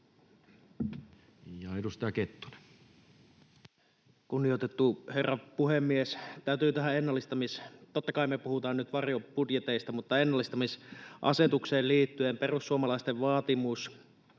Time: 18:46 Content: Kunnioitettu herra puhemies! Täytyy tähän ennallistamisasetukseen... Totta kai me puhutaan nyt varjobudjeteista, mutta ennallistamisasetukseen liittyen perussuomalaisten vaatimus